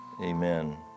Amen